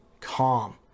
calm